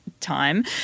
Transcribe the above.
Time